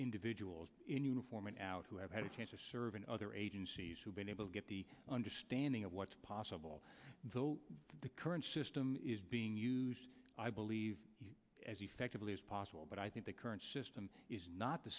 individuals in uniform and out who have had a chance to serve in other agencies who've been able to get the understanding of what's possible so the current system is being used i believe as effectively as possible but i think the current system is not the